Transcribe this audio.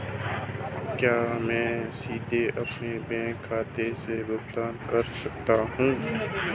क्या मैं सीधे अपने बैंक खाते से भुगतान कर सकता हूं?